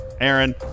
aaron